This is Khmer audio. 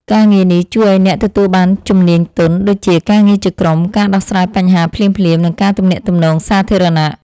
ការងារនេះជួយឱ្យអ្នកទទួលបានជំនាញទន់ ដូចជា ការងារជាក្រុម ការដោះស្រាយបញ្ហាភ្លាមៗ និងការទំនាក់ទំនងសាធារណៈ។